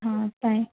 thank